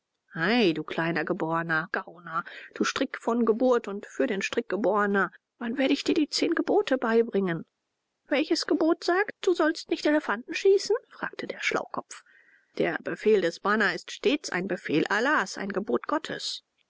ei du kleiner geborener gauner du strick von geburt und für den strick geborener wann werde ich dir die zehn gebote beibringen welches gebot sagt du sollst nicht elefanten schießen fragte der schlaukopf der befehl des bana ist stets ein befehl allahs ein gebot gottes